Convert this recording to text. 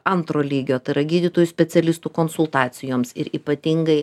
antro lygio tai yra gydytojų specialistų konsultacijoms ir ypatingai